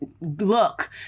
look